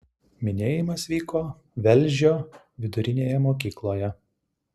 minėjimas vyko velžio vidurinėje mokykloje